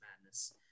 Madness